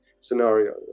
scenario